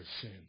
sin